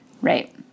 Right